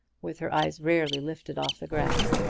with her eyes rarely lifted off the ground,